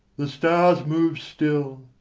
the stars move still,